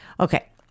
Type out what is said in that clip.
Okay